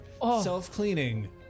self-cleaning